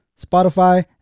Spotify